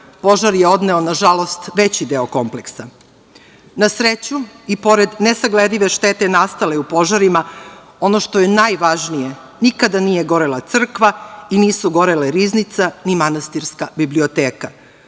požar je odneo, nažalost, veći deo kompleksa. Na sreću, i pored nesagledive štete nastale u požarima, ono što je najvažnije, nikada nije gorela crkva i nisu gorele riznica ni manastirska biblioteka.